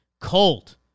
cold